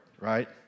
right